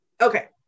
okay